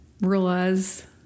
realize